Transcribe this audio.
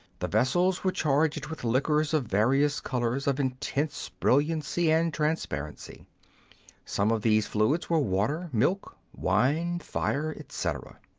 the vessels were charged with liquors of various colours of intense brilliancy and transparency some of these fluids were water, milk, wine, fire, etc.